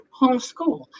homeschool